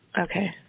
Okay